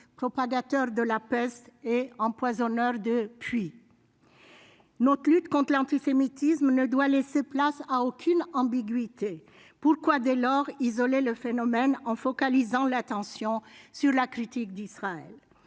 propagateurs de la peste » et « empoisonneurs de puits ». Notre lutte contre l'antisémitisme ne doit laisser place à aucune ambiguïté. Pourquoi, dès lors, isoler le phénomène en focalisant l'attention sur la critique d'Israël ?